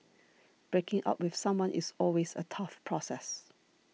breaking up with someone is always a tough process